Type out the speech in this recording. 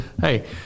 hey